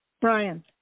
Brian